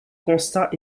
constat